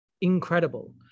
incredible